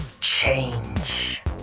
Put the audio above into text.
change